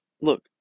look